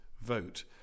vote